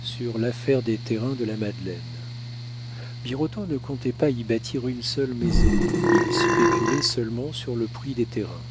sur l'affaire des terrains de la madeleine birotteau ne comptait pas y bâtir une seule maison il spéculait seulement sur le prix des terrains